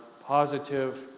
positive